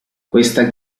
questa